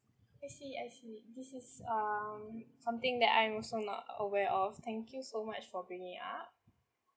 I see I see this is um something that I'm also not aware of thank you so much for bringing it up